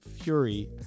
Fury